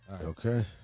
Okay